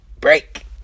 break